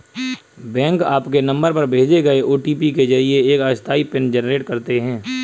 bank आपके number पर भेजे गए ओ.टी.पी के जरिए एक अस्थायी पिन जनरेट करते हैं